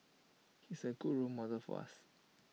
he's A good role model for us